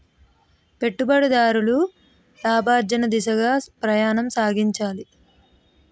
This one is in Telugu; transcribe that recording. పెట్టుబడిదారులు లాభార్జన దిశగా ప్రయాణం సాగించాలి